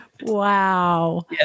Wow